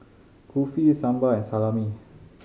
Kulfi Sambar and Salami